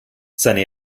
seine